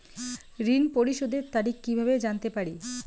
ঋণ পরিশোধের তারিখ কিভাবে জানতে পারি?